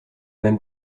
même